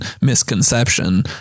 misconception